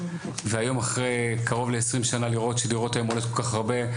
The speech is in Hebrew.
והיום אחרי קרוב ל- 20 שנה לראות שדירות עולות כל כך הרבה,